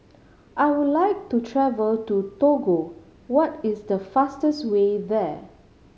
I would like to travel to Togo what is the fastest way there